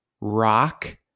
rock